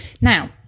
Now